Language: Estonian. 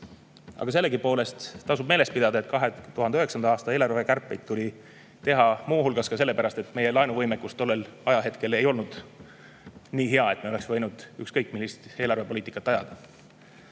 Aga sellegipoolest tasub meeles pidada, et 2009. aasta eelarvekärpeid tuli teha muu hulgas sellepärast, et meie laenuvõimekus tollel hetkel ei olnud nii hea, et me oleks võinud ükskõik millist eelarvepoliitikat ajada.